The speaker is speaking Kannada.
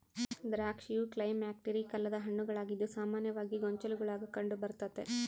ದ್ರಾಕ್ಷಿಯು ಕ್ಲೈಮ್ಯಾಕ್ಟೀರಿಕ್ ಅಲ್ಲದ ಹಣ್ಣುಗಳಾಗಿದ್ದು ಸಾಮಾನ್ಯವಾಗಿ ಗೊಂಚಲುಗುಳಾಗ ಕಂಡುಬರ್ತತೆ